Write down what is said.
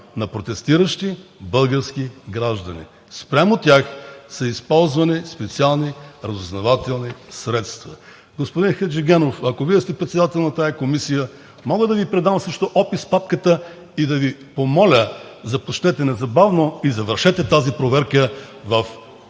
на протестиращи български граждани. Спрямо тях са използвани специални разузнавателни средства. Господин Хаджигенов, ако Вие сте председател на тази комисия мога да Ви предам срещу опис папката и да Ви помоля: започнете незабавно и завършете тази проверка в този